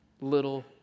little